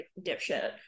dipshit